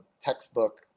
textbook